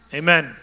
amen